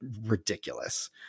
ridiculous